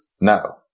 no